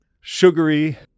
sugary